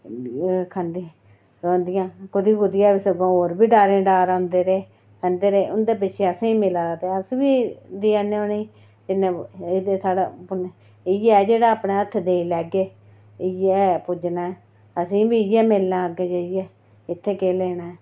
खंदे रौंह्दियां कुतै कुतै दा सगुआं होर बी डारें दे डार औंदे ते खंदे ते उं'दे पिच्छे असेंगी बी मिला दा ते अस बी देआ ने उ'नेंगी ते साढ़ा इ'यै जेह्ड़ा अपने हत्थें देई लैगे इ'यै ऐ पुज्जना असेंगी बी इ'यै मिलना अग्गें जाइयै इत्थै केह् लैना